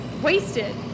wasted